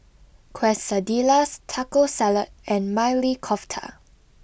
Quesadillas Taco Salad and Maili Kofta